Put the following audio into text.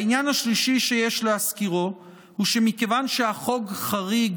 העניין השלישי שיש להזכירו הוא שמכיוון שהחוק חריג